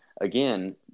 Again